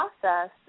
process